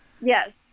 Yes